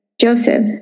Joseph